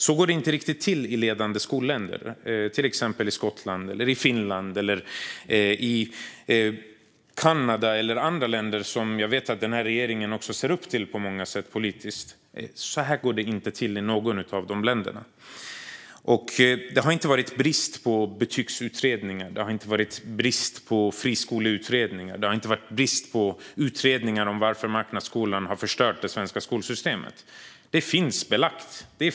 Så går det inte riktigt till i ledande skolländer, till exempel Skottland, Finland, Kanada eller andra länder som jag vet att regeringen ser upp till politiskt på många sätt. Det går inte till på det sättet i något av de länderna. Det har inte varit brist på betygsutredningar, friskoleutredningar eller utredningar om varför marknadsskolan har förstört det svenska skolsystemet. Det finns belagt.